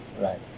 right